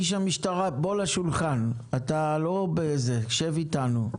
איש המשטרה, שב איתנו.